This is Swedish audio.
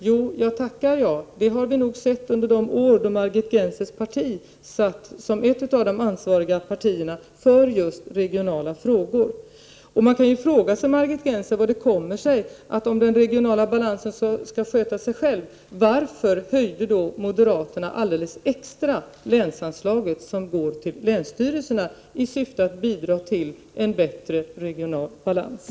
Jo, jag tackar jag, det har vi nog sett under de år då Margit Gennsers parti satt som ett av de borgerliga partierna i regeringsställning och hade ansvar för just regionala frågor. Man kan fråga sig, Margit Gennser, hur det kommer sig att om den regionala balansen skall sköta sig själv, varför då moderaterna genomförde en extra höjning av länsanslaget, som går till länsstyrelserna i syfte att bidra till en bättre regional balans.